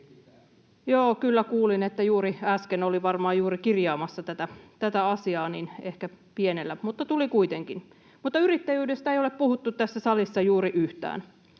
Joo, kyllä kuulin, että juuri äsken, olin varmaan juuri kirjaamassa tätä asiaa. Ehkä pienellä, mutta tuli kuitenkin. Mutta yrittäjyydestä ei ole puhuttu tässä salissa juuri yhtään.